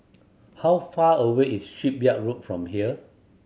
how far away is Shipyard Road from here